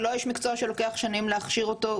זה לא איש מקצוע שלוקח שנים להכשיר אותו.